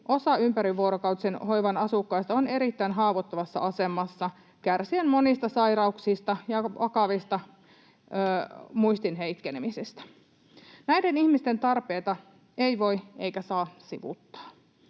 osa ympärivuorokautisen hoivan asukkaista on erittäin haavoittuvassa asemassa kärsien monista sairauksista ja vakavasta muistin heikkenemisestä. Näiden ihmisten tarpeita ei voi eikä saa sivuuttaa.